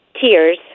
tiers